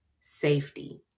safety